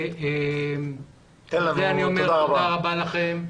תודה רבה לכם.